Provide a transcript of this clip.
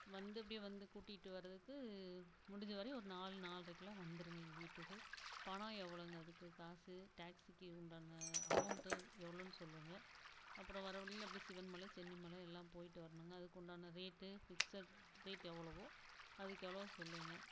வந்து அப்படியே வந்து கூட்டிகிட்டு வர்றதுக்கு முடிஞ்ச வரையிலும் ஒரு நாலு நாலரைக்கலாம் வந்துவிடுங்க எங்கள் வீட்டுக்கு பணம் எவ்ளோவுங்க அதுக்கு காசு டாக்ஸிக்கு உண்டான அமவுண்ட் எவ்வளோன்னு சொல்லுங்கள் அப்புறம் வர்ற வழியில் அப்படியே சிவன்மலை சென்னிமலை எல்லாம் போய்ட்டு வரணும்ங்க அதுக்கு உண்டான ரேட்டு பிக்ஸட் ரேட்டு எவ்வளோ அதுக்கு எவ்வளோ சொல்லுங்கள்